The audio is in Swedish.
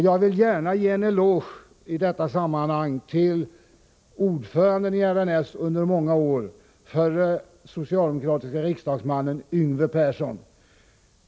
Jag vill gärna ge en eloge i detta sammanhang till ordföranden i RNS under många år, förre socialdemokratiske riksdagsmannen Yngve Persson.